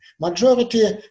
Majority